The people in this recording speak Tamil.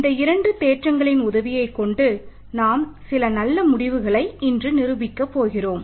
இந்த இரண்டு தேற்றங்களின் உதவியை கொண்டு நாம் சில நல்ல முடிவுகளை இன்று நிரூபிக்கப் போகிறோம்